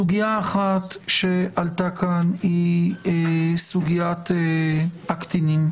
סוגיה אחת שעלתה כאן היא סוגיית הקטינים,